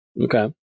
Okay